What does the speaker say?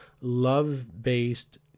love-based